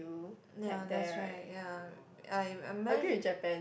ya that's right ya I I manage